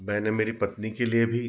मैंने मेरी पत्नी के लिए भी